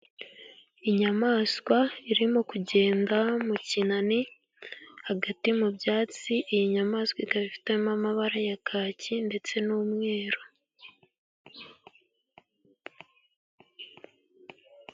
Inyamaswa irimo kugenda mu kinani hagati mu byatsi, iyi nyamaswa ikaba ifitemo amabara ya kaki ndetse n'umweru.